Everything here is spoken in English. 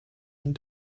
and